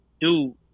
dude